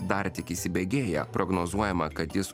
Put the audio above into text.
dar tik įsibėgėja prognozuojama kad jis